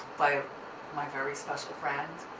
by my very special friend?